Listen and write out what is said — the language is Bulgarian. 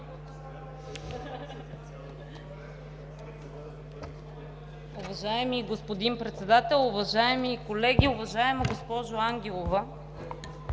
Уважаеми господин Председател, уважаеми колеги! Уважаема госпожо Ангелова,